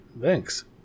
thanks